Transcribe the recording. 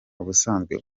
ubusanzwe